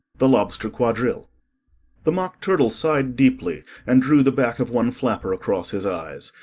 the lobster quadrille the mock turtle sighed deeply, and drew the back of one flapper across his eyes.